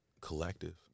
collective